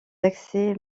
accès